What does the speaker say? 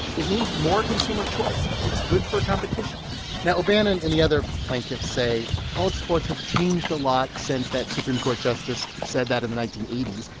it means more consumer choice. it's good for competition now, o'bannon and the other plaintiffs say college sports have changed a lot since that supreme court justice said that in the nineteen eighty s.